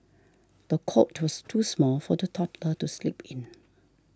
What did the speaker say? the cot was too small for the toddler to sleep in